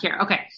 Okay